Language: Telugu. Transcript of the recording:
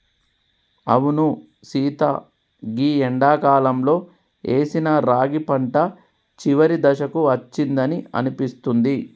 అవును సీత గీ ఎండాకాలంలో ఏసిన రాగి పంట చివరి దశకు అచ్చిందని అనిపిస్తుంది